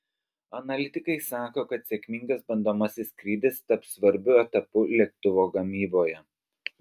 analitikai sako kad sėkmingas bandomasis skrydis taps svarbiu etapu lėktuvo gamyboje